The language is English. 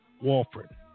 Walford